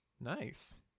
Nice